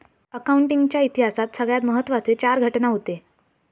accounting च्या इतिहासात सगळ्यात महत्त्वाचे चार घटना हूते